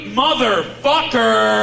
motherfucker